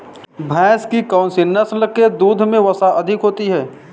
भैंस की कौनसी नस्ल के दूध में वसा अधिक होती है?